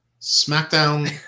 Smackdown